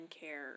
care